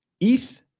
ETH